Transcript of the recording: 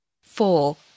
Four